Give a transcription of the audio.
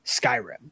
Skyrim